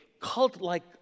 cult-like